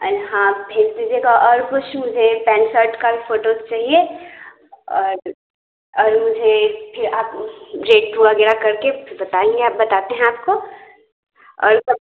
अरे हाँ आप भेज दीजिएगा और कुछ मुझे पैंट सर्ट की भी फ़ोटोस चाहिए और और मुझे कि आप उस रेट वग़ैरह करके फिर बताइए हम बताते हैं आपको और यह सब